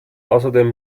außerdem